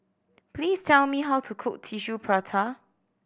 please tell me how to cook Tissue Prata